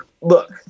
look